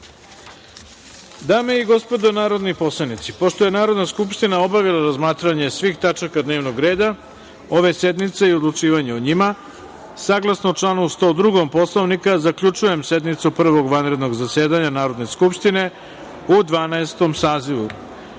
i gospodo narodni poslanici, pošto je Narodna skupština obavila razmatranje svih tačaka dnevnog reda ove sednice i odlučivanje o njima, saglasno članu 102. Poslovnika, zaključujem sednicu Prvog vanrednog zasedanja Narodne skupštine u Dvanaestom